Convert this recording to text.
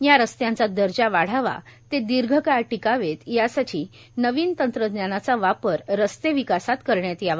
या रस्त्यांचा दर्जा वाढावा ते दीर्घकाळ टिकावेत यासाठी नवीन तंत्रज्ञानाचा वापर रस्ते विकासात करण्यात यावा